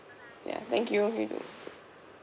ya thank you you too